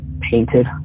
painted